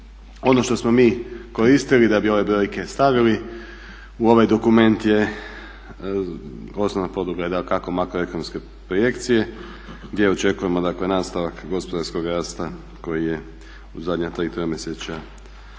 Ono što smo mi koristili da bi ove brojke stavili u ovaj dokument je, osnovna podloga je dakako makroekonomske projekcije gdje očekujemo dakle nastavak gospodarskog rasta koji je u zadnja tri tromjesečja